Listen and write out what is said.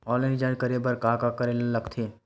Online recharge करे बर का का करे ल लगथे?